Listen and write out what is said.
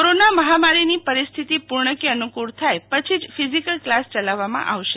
corona મહામારીની પરિસ્થિતિ પૂર્ણ કે અનુફ્નળ થાય પછી જ ફિઝિકલ ક્લાસ ચલાવવામાં આવશે